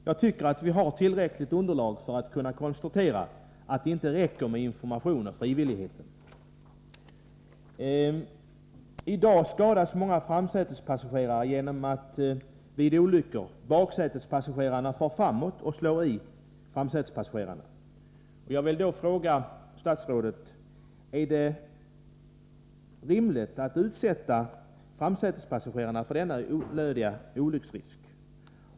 Jag tycker att vi har tillräckligt underlag för att kunna konstatera att det inte räcker med information och frivillighet. I dag skadas många framsätespassagerare på grund av att baksätespassagerarna vid olyckor kastas framåt och slår i framsätespassagerarna. Jag vill då fråga statsrådet: Är det rimligt att utsätta framsätespassagerarna för denna onödiga olycksrisk?